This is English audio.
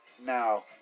Now